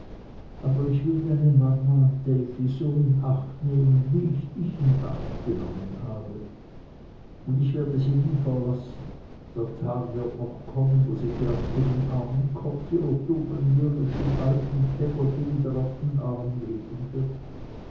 und ich will deine mama davy so in acht nehmen wie ich dich in acht genommen habe und ich werde sie nie verlassen der tag wird noch kommen wo sie gern ihren armen kopf ihrer dummen mürrischen alten peggotty wieder auf den arm legen wird